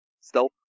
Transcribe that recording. Stealth